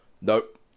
nope